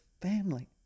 family